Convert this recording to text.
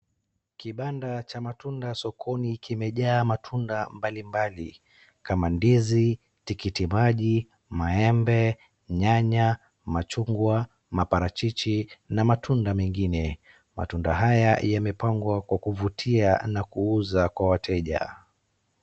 Kibanda cha matunda sokoni kimejaa matunda mbalimbali kama ndizi, tikiti maji, maembe, nyanya, machungwa, maparachichi na matunda mengine. Matunda haya yamepangwa kwa kuvutia na kuuza kwa wateja.